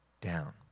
down